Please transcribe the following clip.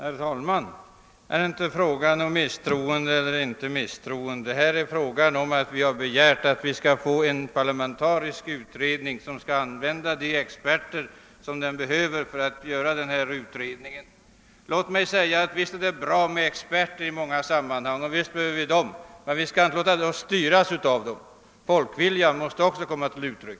Herr talman! Här är varken fråga om förtroende eller misstroende; vi har begärt att få en parlamentarisk utredning som skall använda de experter den behöver för att utreda dessa frågor. Visst är experter bra att ha i många sammanhang, men vi skall inte låta oss styra av dem — folkviljan måste också komma till uttryck.